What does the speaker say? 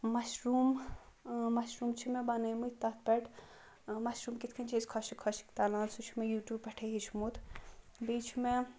mushroom mushroom چھِ مےٚ بَنیٛٲمٕتۍ تتھ پیٚٹھ مَشروٗم کِتھٕ کٔنۍ چھِ أسۍ خۅشٕک خۄشٕک تَلان سُہ چھُ مےٚ یوٗ ٹیٛوٗب پیٚٹھٕے ہیٚوچھمُت بیٚیہِ چھِ مےٚ